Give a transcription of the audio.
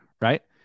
right